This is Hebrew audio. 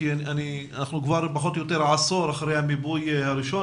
אנחנו כבר פחות או יותר עשור אחרי המיפוי הראשון